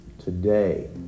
Today